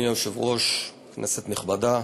אדוני היושב-ראש, כנסת נכבדה,